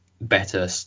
better